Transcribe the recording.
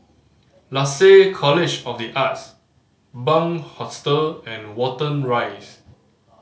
Lasalle College of The Arts Bunc Hostel and Watten Rise